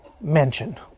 mentioned